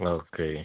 okay